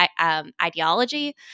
ideology